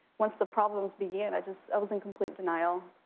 once the problems began, i just i was in complete denial,